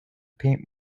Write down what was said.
paint